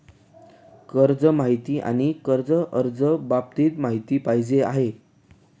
कर्ज माहिती आणि कर्ज अर्ज बाबत माहिती पाहिजे आहे